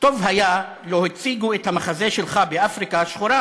"טוב היה לו הציגו את המחזה שלך באפריקה השחורה.